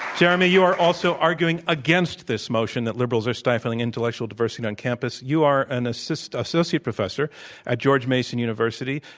jeremy, you are also arguing against this motion that liberals are stifling intellectual diversity on campus. you are an associate associate professor at george mason university.